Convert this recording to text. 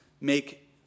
make